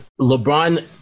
LeBron